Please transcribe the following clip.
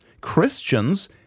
Christians